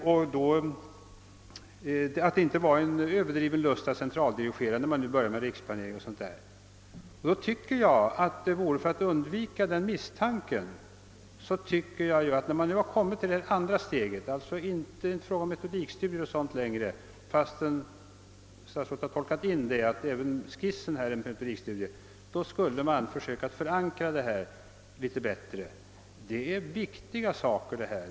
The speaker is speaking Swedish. De skulle inte visa någon överdriven lust för centraldirigering när vi nu börjar arbeta med riksplanering o.d. För att undvika en misstanke i denna riktning borde man emellertid när man nu kommer till det andra steget, där det inte längre bara gäller metodikstudier och sådant — även om statsrådet gjorde gällande att även planskissen skulle vara en metodikstudie — försöka förankra arbetet på ett bättre sätt. Det är viktiga saker det gäller.